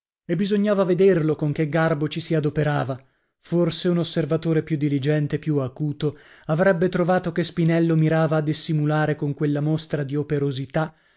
e bisognava vederlo con che garbo ci si adoperava forse un osservatore più diligente e più acuto avrebbe trovato che spinello spinelli mirava a dissimulare con quella mostra di operosità